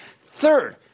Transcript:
Third